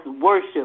worship